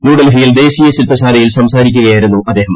ന്യൂഡൽഹിയിൽ ദേശീയ ശിൽപ്പശാലയിൽ സംസാരിക്കുകയായിരുന്നു അദ്ദേഹം